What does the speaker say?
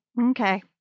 Okay